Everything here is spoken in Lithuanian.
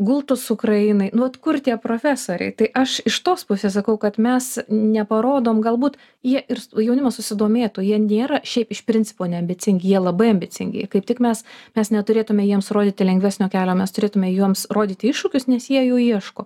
gultus ukrainai nu vat kur tie profesoriai tai aš iš tos pusės sakau kad mes neparodom galbūt jie ir jaunimas susidomėtų jie nėra šiaip iš principo neambicingi jie labai ambicingi kaip tik mes mes neturėtume jiems rodyti lengvesnio kelio mes turėtume jiems rodyti iššūkius nes jie jų ieško